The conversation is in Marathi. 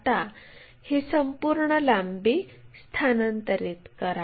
आता ही संपूर्ण लांबी स्थानांतरित करा